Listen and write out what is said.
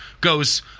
goes